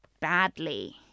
badly